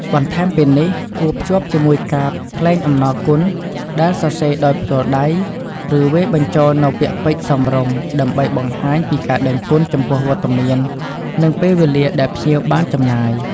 បន្ថែមពីនេះ គួរ ភ្ជាប់ជាមួយកាតថ្លែងអំណរគុណ ដែលសរសេរដោយផ្ទាល់ដៃ ឬវាយបញ្ចូលនូវពាក្យពេចន៍សមរម្យ ដើម្បីបង្ហាញពីការដឹងគុណចំពោះវត្តមាន និងពេលវេលាដែលភ្ញៀវបានចំណាយ។